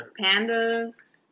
pandas